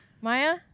Maya